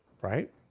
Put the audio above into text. right